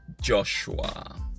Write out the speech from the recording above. Joshua